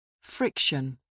Friction